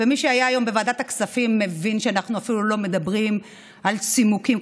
מי שהיה היום בוועדת הכספים מבין שאנחנו אפילו לא מדברים על צימוקים,